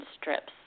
strips